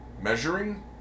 measuring